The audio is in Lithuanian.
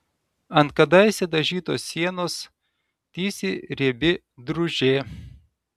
ant kadaise dažytos sienos tįsi riebi drūžė